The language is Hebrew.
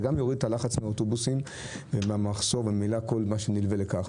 זה גם יוריד את הלחץ מן האוטובוסים ומן המחסור וכל מה שנלווה לכך.